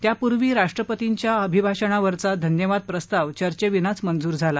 त्यापूर्वी राष्ट्रपतींच्या अभिभाषणावरचा धन्यवाद प्रस्ताव चर्चेविनाच मंजूर झाला